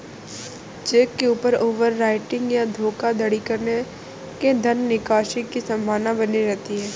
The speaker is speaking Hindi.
चेक के ऊपर ओवर राइटिंग या धोखाधड़ी करके धन निकासी की संभावना बनी रहती है